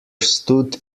stood